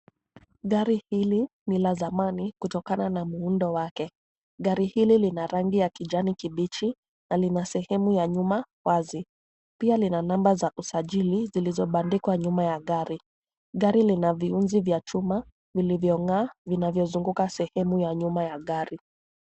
Gari hili ni la zamani kutokana na muundo wake. Gari hili lina rangi ya kijani kibichi na lina sehemu ya nyuma wazi. Pia lina namba za usajili zilizobandikwa nyuma ya gari. Gari lina viuzi vya chuma vilivyong'aa, vinavyozuguka sehemu ya nyuma ya gari.